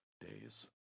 days